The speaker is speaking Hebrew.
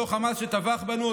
אותו חמאס שטבח בנו,